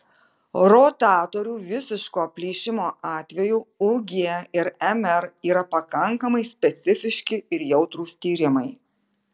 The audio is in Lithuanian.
rotatorių visiško plyšimo atveju ug ir mr yra pakankamai specifiški ir jautrūs tyrimai